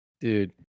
dude